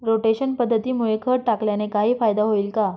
Rotation पद्धतीमुळे खत टाकल्याने काही फायदा होईल का?